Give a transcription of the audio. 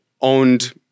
owned